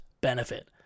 Benefit